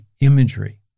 imagery